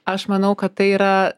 aš manau kad tai yra